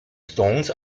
stones